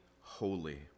holy